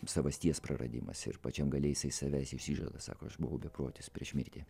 savasties praradimas ir pačiam gale jisai savęs išsižada sako aš buvau beprotis prieš mirtį